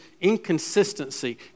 inconsistency